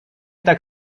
tak